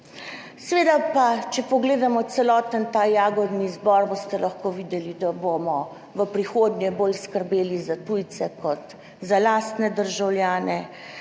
Seveda pa, če pogledamo celoten ta jagodni izbor, boste lahko videli, da bomo v prihodnje bolj skrbeli za tujce kot za lastne državljane.